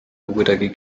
kuidagi